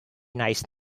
nice